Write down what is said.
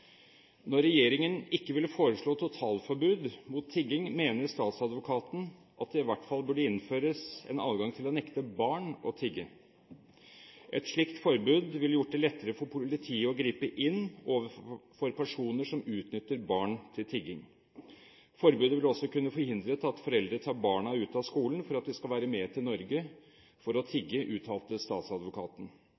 Når regjeringen ikke vil foreslå totalforbud mot tigging, mener statsadvokaten at det i hvert fall burde innføres en adgang til å nekte barn å tigge. Et slikt forbud ville gjort det lettere for politiet å gripe inn overfor personer som utnytter barn til tigging. Forbudet ville også kunne forhindret at foreldre tar barna ut av skolen for at de skal være med til Norge for å